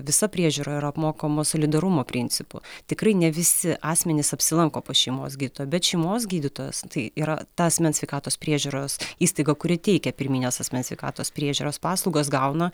visa priežiūra yra apmokama solidarumo principu tikrai ne visi asmenys apsilanko pas šeimos gydytoją bet šeimos gydytojas tai yra ta asmens sveikatos priežiūros įstaiga kuri teikia pirminės asmens sveikatos priežiūros paslaugas gauna